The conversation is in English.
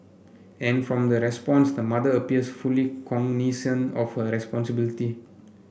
and from the response the mother appears fully cognisant of her responsibility